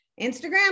Instagram